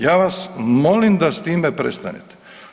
Ja vas molim da s time prestanete.